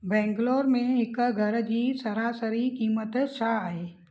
बैंगलौर में हिक घर जी सरासरी क़ीमत छा आहे